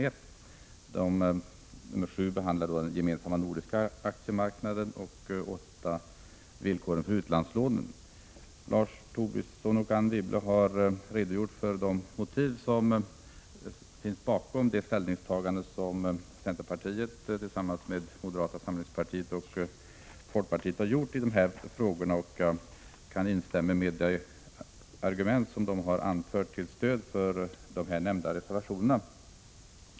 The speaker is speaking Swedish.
I reservation 6 behandlas de anställdas inflytande i företagen, i reservation 7 den gemensamma nordiska aktiemarknaden och i reservation 8 villkoren för utlandslånen. Lars Tobisson och Anne Wibble har redogjort för de motiv som ligger bakom det ställningstagande som centerpartiet tillsammans med moderata samlingspartiet och folkpartiet har gjort när det gäller dessa frågor. Jag kan instämma i de argument som de har anfört till stöd för de nämnda reservationerna.